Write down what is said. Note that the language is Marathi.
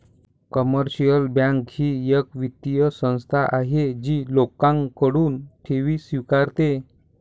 कमर्शियल बँक ही एक वित्तीय संस्था आहे जी लोकांकडून ठेवी स्वीकारते